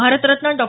Bharat Ratna Dr